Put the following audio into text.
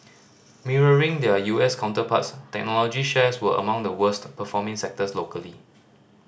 mirroring their U S counterparts technology shares were among the worst performing sectors locally